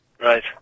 Right